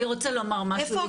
אני רוצה לומר משהו.